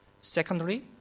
Secondly